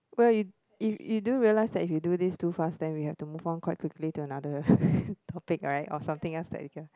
well you you you do realise that if you do this too fast then we have to move on quite quickly to another topic right or something else that can